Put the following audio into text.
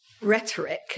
rhetoric